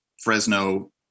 Fresno